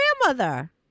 grandmother